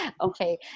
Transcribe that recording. okay